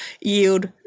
yield –